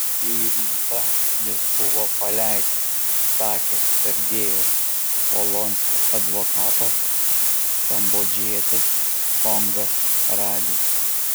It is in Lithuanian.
šį rytą jis buvo paleistas sakė sergejaus polonskio advokatas kambodžietis kongas rady